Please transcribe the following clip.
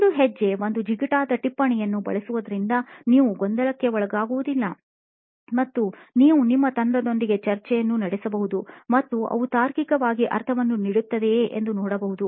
ಒಂದು ಹೆಜ್ಜೆಗೆ ಒಂದು ಜಿಗುಟಾದ ಟಿಪ್ಪಣಿಯನ್ನು ಬಳಸುವುದರಿಂದ ನೀವು ಗೊಂದಲಕ್ಕೆ ಒಳಗಾಗುವುದ್ದಿಲ್ಲ ಮತ್ತು ನೀವು ನಿಮ್ಮ ತಂಡ ದೊಂದಿಗೆ ಚರ್ಚೆಯನ್ನು ನಡೆಸಬಹುದು ಮತ್ತು ಅವು ತಾರ್ಕಿಕವಾಗಿ ಅರ್ಥವನ್ನು ನೀಡುತ್ತದೆಯೇ ಎಂದು ನೋಡಬಹುದು